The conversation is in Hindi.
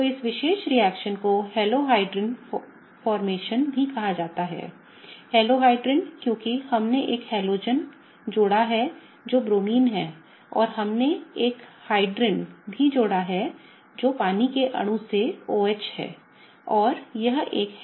तो इस विशेष रिएक्शन को हेलोहाइड्रिन गठन भी कहा जाता है हेलोहाइड्रिन क्योंकि हमने एक हलोजन जोड़ा है जो ब्रोमीन है और हमने एक हाइड्रिन भी जोड़ा है जो पानी के अणु से OH है